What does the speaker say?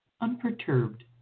unperturbed